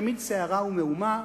תמיד סערה ומהומה,